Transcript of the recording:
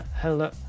hello